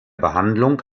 behandlung